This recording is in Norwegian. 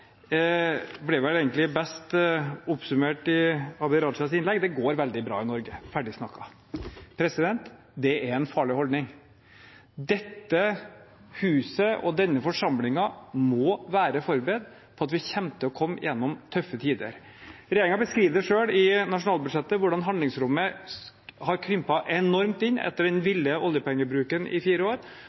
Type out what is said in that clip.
ble vel egentlig best oppsummert i Abid Q. Rajas innlegg: Det går veldig bra i Norge, ferdig snakka. Det er en farlig holdning. Dette huset og denne forsamlingen må være forberedt på at vi kommer til å gå gjennom tøffe tider. Regjeringen beskriver selv i nasjonalbudsjettet hvordan handlingsrommet har krympet enormt inn etter den ville oljepengebruken i fire år,